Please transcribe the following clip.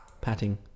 Patting